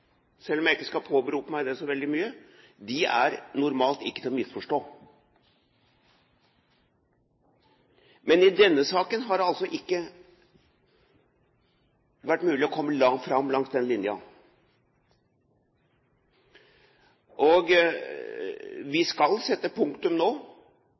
selv om jeg ikke skal påberope meg det så veldig mye – er normalt ikke til å misforstå. I denne saken har det altså ikke vært mulig å komme fram langs den linjen. Vi skal sette punktum nå.